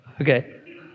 Okay